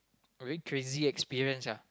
a very crazy experience ya